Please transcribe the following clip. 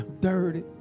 dirty